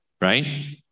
Right